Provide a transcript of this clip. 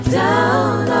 down